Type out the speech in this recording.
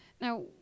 Now